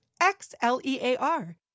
X-L-E-A-R